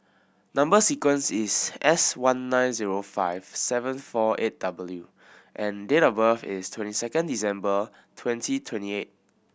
number sequence is S one nine zero five seven four eight W and date of birth is twenty second December twenty twenty eight